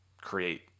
create